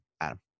Adam